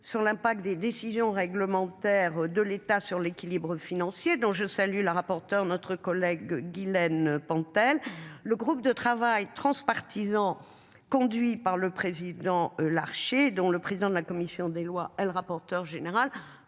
sur l'impact des décisions réglementaires de l'État sur l'équilibre financier dont je salue la rapporteure notre collègue Guilaine Pentel. Le groupe de travail transpartisan conduit par le président Larché, dont le président de la commission des Lois L rapporteur général